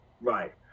Right